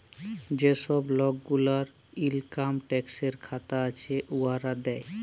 যে ছব লক গুলার ইলকাম ট্যাক্সের খাতা আছে, উয়ারা দেয়